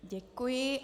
Děkuji.